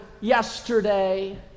yesterday